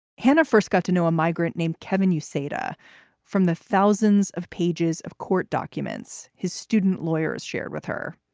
hannah first got to know a migrant named kevin, you satah from the thousands of pages of court documents his student lawyers shared with her.